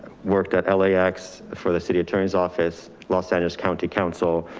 worked at lax for the city attorney's office, los angeles county council,